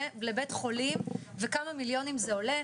לבית חולים וכמה מיליונים זה עולה,